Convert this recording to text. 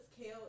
kale